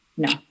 No